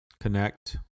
connect